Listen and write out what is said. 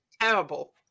terrible